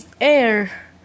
air